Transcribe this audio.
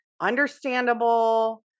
understandable